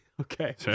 Okay